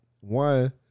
One